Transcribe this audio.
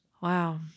Wow